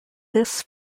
this